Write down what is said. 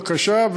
הקשה,